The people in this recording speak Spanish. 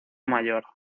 mayor